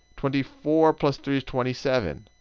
twenty four plus three is twenty seven.